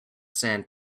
sand